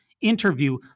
interview